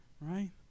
Right